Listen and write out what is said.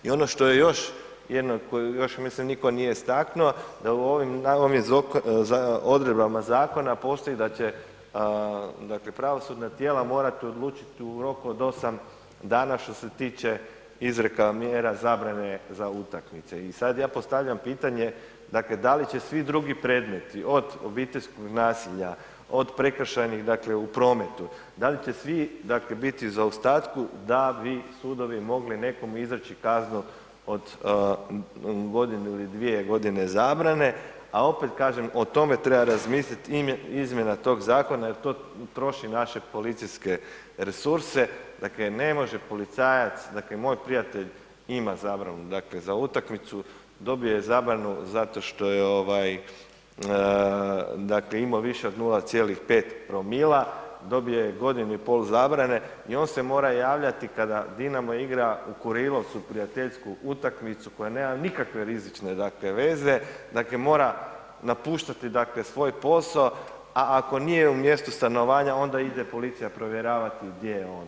I ono što je još, jednu koju još mislim nitko nije istaknuo da u ovim odredbama zakona postoji da će dakle pravosudna tijela morat odlučit u roku 8 dana što se tiče izreka mjera zabrane za utakmice i sad ja postavljam pitanje dakle da li će svi drugi predmeti od obiteljskog nasilja od prekršajnih dakle u prometu, da li će svi biti u zaostatku da bi sudovi mogli nekom izreći kaznu od godinu ili dvije godine zabrane a opet kažem, o tome treba razmisliti, izmjena tog zakona jer to troši naše policijske resurse, dakle ne može policajac, dakle moj prijatelj ima zabranu za utakmicu, dobije zabranu zato što je imao više od 0,5‰, dobije godinu i pol zabrane i on se mora javljati kada Dinamo igra u Kurilovcu prijateljsku utakmicu, koja nema nikakve rizične veze, dakle mora napuštati svoj posao a ako nije u mjestu stanovanja onda ide policija provjeravati gdje je on.